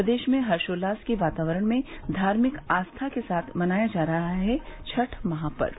प्रदेश में हर्षोल्लास के वातावरण में धार्मिक आस्था के साथ मनाया जा रहा है छठ महापर्व